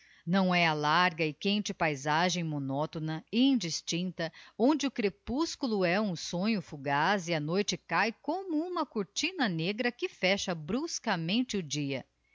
não é a larga e quente paizagem monótona indistincta onde o crepúsculo é um sonho fugaz e a noite cáe como uma cortina negra que fecha bruscamente o dia